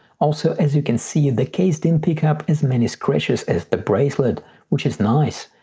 also, as you can see the case didn't pick up as many scratches as the bracelet which is nice.